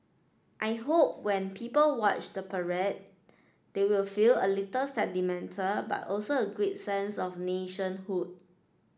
I hope when people watch the parade they will feel a little sentimental but also a great sense of nationhood